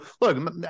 Look